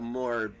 more